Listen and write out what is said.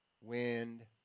Wind